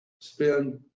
spend